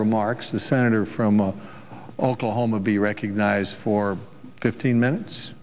remarks the senator from oklahoma be recognized for fifteen minutes